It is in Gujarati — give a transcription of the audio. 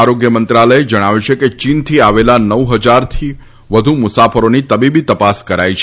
આરોગ્ય મંત્રાલયે જણાવ્યું છે કે ચીનથી આવેલા નવ હજાર મુસાફરોની તબીબી તપાસ કરાઇ છે